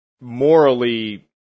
morally